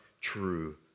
true